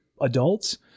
adults